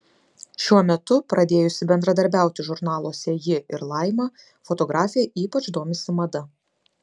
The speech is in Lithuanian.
šiuo metu pradėjusi bendradarbiauti žurnaluose ji ir laima fotografė ypač domisi mada